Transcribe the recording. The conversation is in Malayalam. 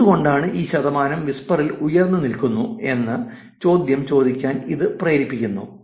എന്തുകൊണ്ടാണ് ഈ ശതമാനം വിസ്പറിൽ ഉയർന്നു നില്കുന്നു എന്ന ചോദ്യം ചോദിയ്ക്കാൻ ഇത് പ്രേരിപ്പിക്കുന്നു